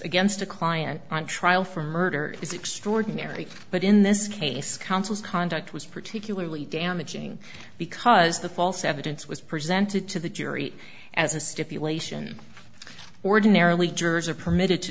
against a client on trial for murder is extraordinary but in this case counsel's conduct was particularly damaging because the false evidence was presented to the jury as a stipulation ordinarily jurors are permitted to